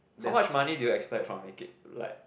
how much money do you expect from like